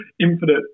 Infinite